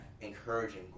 encouraging